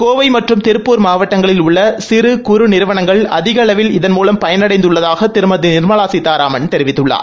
கோவை மற்றும் திருப்பூர் மாவட்டங்களில் உள்ள சிறு குறு நிறுவனங்கள் அதிக அளவில் இதன்மூலம் பயடைந்துள்ளதாக திருமதி நிர்மலா சீதாராமன் தெரிவித்துள்ளார்